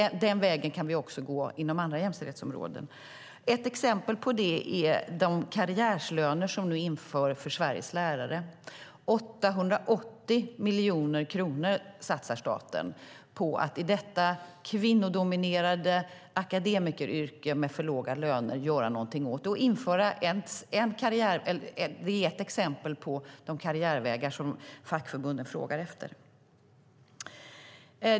Den vägen kan vi också gå inom andra jämställdhetsområden. Ett exempel på det är de karriärslöner som vi nu inför för Sveriges lärare. 880 miljoner kronor satsar staten på att i detta kvinnodominerade akademikeryrke med för låga löner göra något åt det. Det är ett exempel på de karriärvägar som fackförbunden frågar efter.